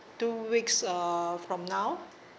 two weeks uh from now